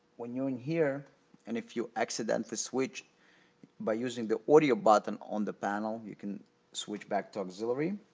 when you're in here and if you accidentally switch by using the audio button on the panel, you can switch back to auxiliary